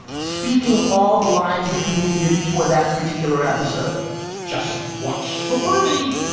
speaking all the lines that you needed for that particular episode just watch the birdie.